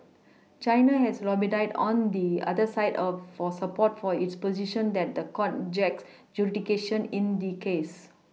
China has lobbied on the other side of for support for its position that the court jacks jurisdiction in the case